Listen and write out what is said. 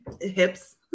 hips